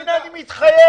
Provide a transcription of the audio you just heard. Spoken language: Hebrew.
הינה, אני מתחייב.